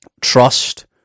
Trust